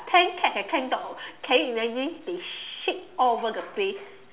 ten cats and ten dogs can you imagine they shit all over the place